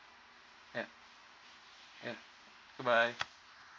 yup yup good bye